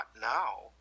now